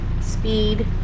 Speed